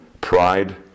pride